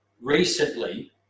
recently